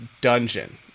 Dungeon